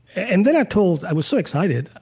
and then i told i was so excited,